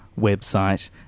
website